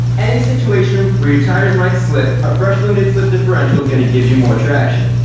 any situation where your tires might slip, a fresh limited slip differential is going to give you more traction.